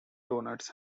donuts